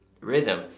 rhythm